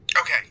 okay